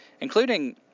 including